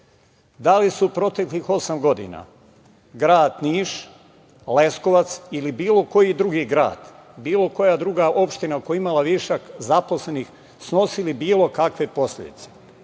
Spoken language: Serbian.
li su u proteklih osam godina grad Niš, Leskovac ili bilo koji drugi grad, bilo koja druga opština koja je imala višak zaposlenih, snosili bilo kakve posledice?